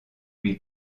lui